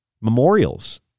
memorials